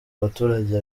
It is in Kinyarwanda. baturage